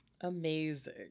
Amazing